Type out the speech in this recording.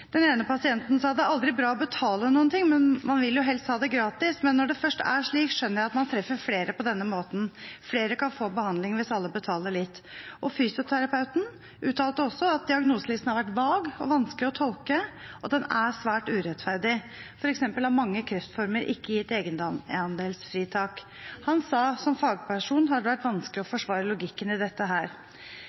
Den ene pasienten sa: «Det er aldri bra å betale noen ting, man vil jo helst ha det gratis. Men når det først er slik, skjønner jeg at man treffer flere på denne måten. Flere kan få behandling hvis alle betaler litt.» Fysioterapeuten uttalte: «Diagnoselisten har vært vag og vanskelig å tolke, og den har vært svært urettferdig. For eksempel har mange kreftformer ikke gitt egenandelsfritak. Som fagperson har det vært vanskelig å forsvare logikken i dette her.»